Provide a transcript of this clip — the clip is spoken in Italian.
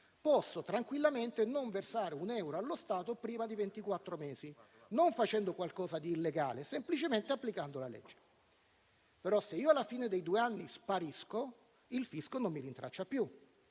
posso tranquillamente non versare un euro allo Stato prima di ventiquattro mesi, non facendo qualcosa di illegale, ma semplicemente applicando la legge. Però, se io alla fine dei due anni sparisco, il fisco non mi rintraccia più.